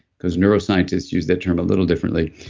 because neuroscientists use that term a little differently.